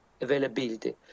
availability